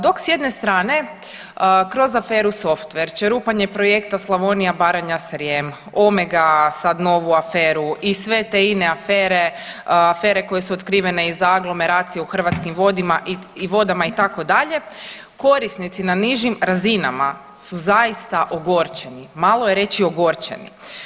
Dok s jedne strane kroz aferu software, čerupanje projekta Slavonija-Baranja-Srijem, omega, sad novu aferu i sve te ine afere, afere koje su otkrivene i za aglomeraciju u Hrvatskim vodama itd. korisnici na nižim razinama su zaista ogorčeni, malo je reći ogorčeni.